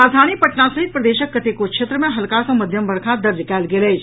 राजधानी पटना सहित प्रदेशक कतेको क्षेत्र मे हल्का सँ मध्यम वर्षा दर्ज कयल गेल अछि